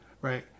Right